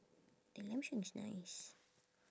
the lamb shank is nice